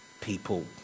people